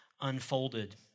unfolded